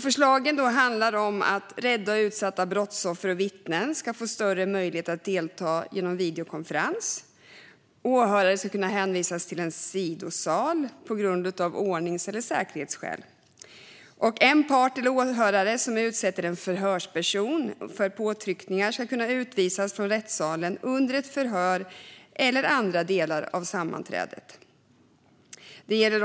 Förslagen handlar om följande: Rädda och utsatta brottsoffer och vittnen ska få större möjligheter att delta genom videokonferens. Åhörare ska kunna hänvisas till en sidosal av ordnings eller säkerhetsskäl. En part eller åhörare som utsätter en förhörsperson för påtryckningar ska kunna utvisas från rättssalen under ett förhör eller andra delar av sammanträdet. Förbudet